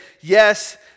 yes